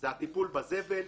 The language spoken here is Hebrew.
זה הטיפול בזבל,